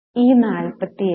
ഈ 47